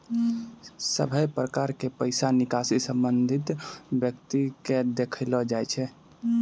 सभे प्रकार के पैसा निकासी संबंधित व्यक्ति के देखैलो जाय छै